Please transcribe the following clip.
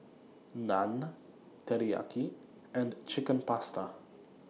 Naan Teriyaki and Chicken Pasta